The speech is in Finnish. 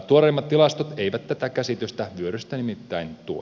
tuoreimmat tilastot eivät tätä käsitystä vyörystä nimittäin tue